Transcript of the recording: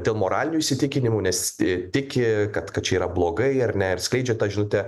dėl moralinių įsitikinimų nes tiki kad kad čia yra blogai ar ne ir skleidžia tą žinutę